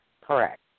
correct